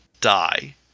die